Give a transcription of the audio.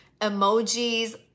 emojis